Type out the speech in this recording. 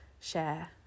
share